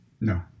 No